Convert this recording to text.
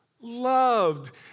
loved